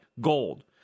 gold